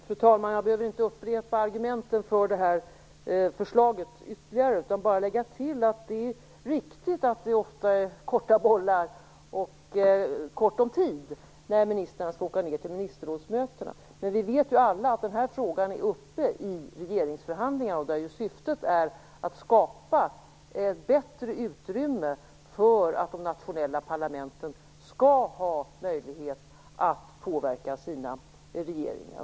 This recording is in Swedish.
Fru talman! Jag behöver inte upprepa argumenten för förslaget. Jag vill bara lägga till att det är riktigt att det ofta är korta bollar och ont om tid när ministrarna skall åka ned till ministerrådsmötena. Men vi vet ju alla att den här frågan är uppe i regeringskonferensen, där syftet är att skapa bättre utrymme för de nationella parlamenten att påverka sina regeringar.